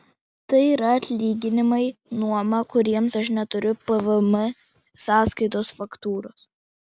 tai yra atlyginimai nuoma kuriems aš neturiu pvm sąskaitos faktūros